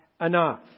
enough